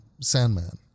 Sandman